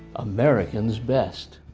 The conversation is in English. american's best.